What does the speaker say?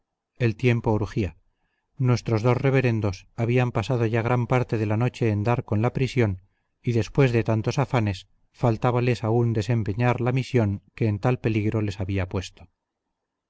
el tiempo urgía nuestros dos reverendos habían pasado ya gran parte de la noche en dar con la prisión y después de tantos afanes faltábales aún desempeñar la misión que en tal peligro les había puesto